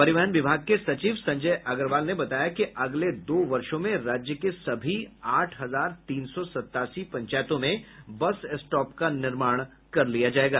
परिवहन विभाग के सचिव संजय अग्रवाल ने बताया कि अगले दो वर्षो में राज्य के सभी आठ हजार तीन सौ सत्तासी पंचायतों में बस स्टॉप का निर्माण कर लिया जाएगा